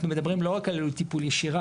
אנחנו מדברים לא רק על עלות טיפול ישירה,